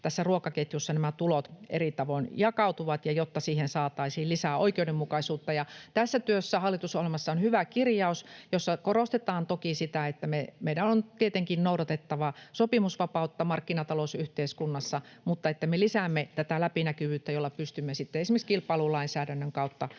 tässä ruokaketjussa nämä tulot eri tavoin jakautuvat, ja jotta siihen saataisiin lisää oikeudenmukaisuutta. Ja tässä työssä hallitusohjelmassa on hyvä kirjaus, jossa korostetaan toki sitä, että meidän on tietenkin noudatettava sopimusvapautta markkinatalousyhteiskunnassa, mutta että me lisäämme tätä läpinäkyvyyttä, jolla pystymme sitten esimerkiksi kilpailulainsäädännön kautta